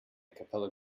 capella